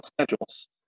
schedules